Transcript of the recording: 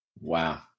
Wow